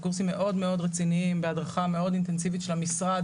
זה קורסים מאוד מאוד רציניים בהדרכה מאוד אינטנסיבית של המשרד,